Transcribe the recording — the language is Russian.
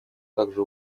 также